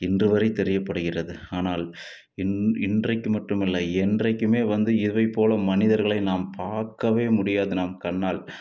இன்றுவரை தெரியப்படுகிறது ஆனால் இன் இன்றைக்கு மட்டும் இல்லை என்றைக்குமே வந்து இதை போல மனிதர்களை நாம் பார்க்கவே முடியாது நம் கண்ணால்